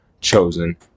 chosen